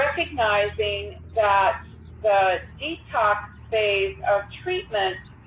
recognizing that the detox phase of treatment